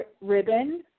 ribbon